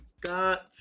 Got